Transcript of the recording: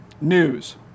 news